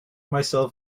myself